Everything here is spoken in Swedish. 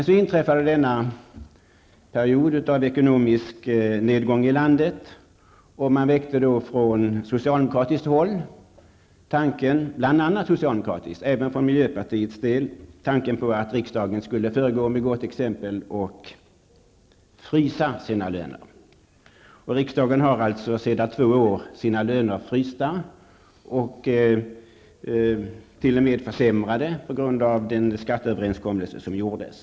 Så kom då denna period av ekonomisk nedgång i landet, och från socialdemokratiskt och även från miljöpartistiskt håll väcktes tanken att riksdagen skulle föregå med gott exempel och frysa ledamöternas löner. Sedan två är tillbaka är alltså lönerna frysta, och t.o.m. försämrade till följd av den skatteöverenskommelse som träffades.